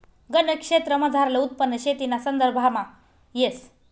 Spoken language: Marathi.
गनज क्षेत्रमझारलं उत्पन्न शेतीना संदर्भामा येस